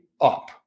up